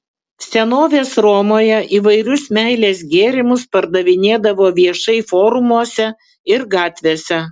senovės romoje įvairius meilės gėrimus pardavinėdavo viešai forumuose ir gatvėse